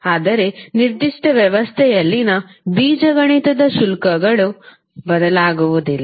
ಅಂದರೆ ನಿರ್ದಿಷ್ಟ ವ್ಯವಸ್ಥೆಯಲ್ಲಿನ ಬೀಜಗಣಿತದ ಶುಲ್ಕಗಳು ಬದಲಾಗುವುದಿಲ್ಲ